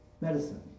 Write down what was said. Medicine